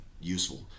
useful